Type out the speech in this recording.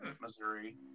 Missouri